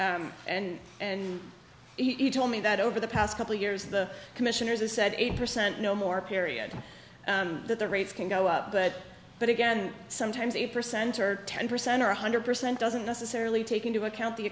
and and you told me that over the past couple of years the commissioners a said eighty percent no more period that the rates can go up but but again sometimes eight percent or ten percent or one hundred percent doesn't necessarily take into account the